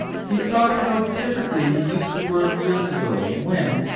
he thought how differently he used to work years ago, when,